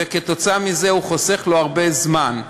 וככה הוא חוסך לו הרבה זמן.